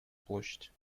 площадь